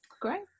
Great